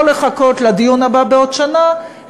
לא לחכות לדיון הבא בעוד שנה,